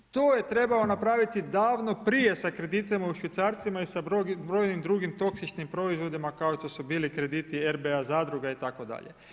To je trebao napraviti davno prije sa kreditima u švicarcima i sa brojnim drugim toksičnim proizvodima kao što su bili krediti RBA zadruga itd.